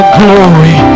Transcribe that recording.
glory